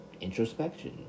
introspection